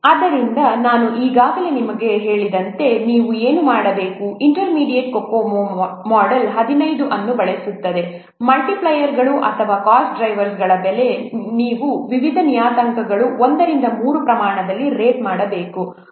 ಆದ್ದರಿಂದ ನಾನು ಈಗಾಗಲೇ ನಿಮಗೆ ಹೇಳಿದಂತೆ ನೀವು ಏನು ಮಾಡಬೇಕು ಇಂಟರ್ಮೀಡಿಯೇಟ್ COCOMO ಮೊಡೆಲ್ 15 ಅನ್ನು ಬಳಸುತ್ತದೆ ಮಲ್ಟಿಪ್ಲೈಯರ್ಗಳು ಅಥವಾ ಈ ಕಾಸ್ಟ್ ಡ್ರೈವರ್ಸ್ಗಳ ಬೆಲೆ ನೀವು ವಿವಿಧ ನಿಯತಾಂಕಗಳನ್ನು ಒಂದರಿಂದ ಮೂರು ಪ್ರಮಾಣದಲ್ಲಿ ರೇಟ್ ಮಾಡಬೇಕು